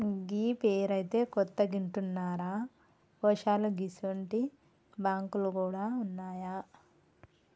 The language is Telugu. గీ పేరైతే కొత్తగింటన్నరా పోశాలూ గిసుంటి బాంకులు గూడ ఉన్నాయా